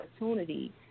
opportunity